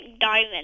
diamond